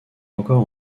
encore